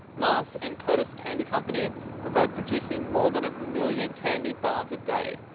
mars and curtiss candy company were both producing more that a million candy bars a day.